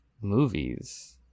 movies